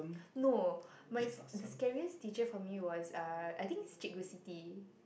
no my the the scariest teacher for me was uh I think is Cikgu-Siti